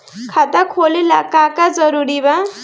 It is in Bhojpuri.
खाता खोले ला का का जरूरी बा?